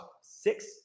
six